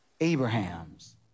Abraham's